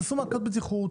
תעשו מעקות בטיחות,